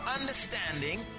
understanding